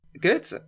Good